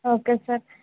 okay sir